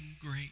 great